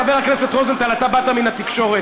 חבר הכנסת רוזנטל, אתה באת מן התקשורת.